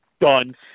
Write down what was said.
done